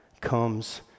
comes